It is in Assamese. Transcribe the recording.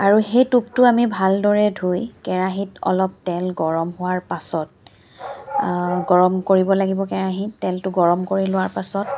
আৰু সেই টোপটো আমি ভালদৰে ধুই কেৰাহিত অলপ তেল গৰম হোৱাৰ পাছত গৰম কৰিব লাগিব কেৰাহি তেলটো গৰম কৰি লোৱাৰ পাছত